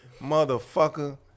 motherfucker